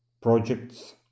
projects